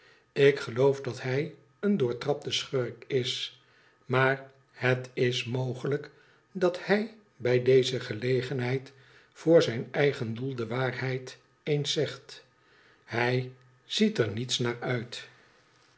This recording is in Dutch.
tik geloof dat hij een doortrapte schurk is maar het is mogelijk dat hij bij deze gelegenheid voor zijn eigen doel de waarheid eens xegt hij ziet er niets naar uit